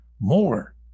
more